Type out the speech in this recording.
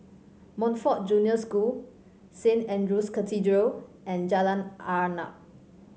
Montfort Junior School Saint Andrew's Cathedral and Jalan Arnap